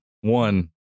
one